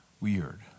weird